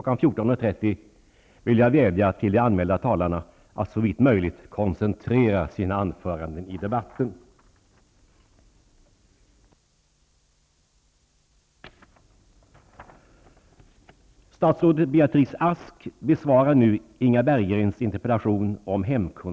14.30 vill jag vädja till de anmälda talarna att såvitt möjligt koncentrera sina anföranden i debatten.